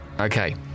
Okay